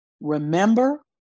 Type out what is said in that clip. Remember